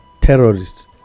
terrorists